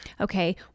Okay